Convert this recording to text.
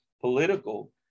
political